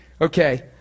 Okay